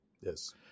Yes